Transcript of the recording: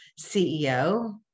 CEO